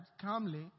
calmly